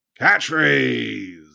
catchphrase